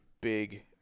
big